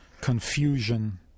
confusion